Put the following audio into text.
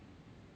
ya lor